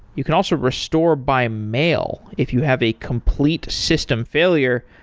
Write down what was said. you can also restore by mail. if you have a complete system failure,